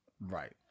Right